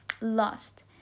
lost